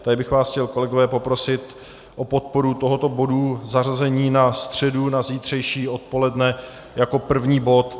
Tak bych vás chtěl, kolegové, poprosit o podporu tohoto bodu a zařazení na středu, na zítřejší odpoledne, jako první bod.